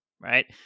right